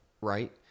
Right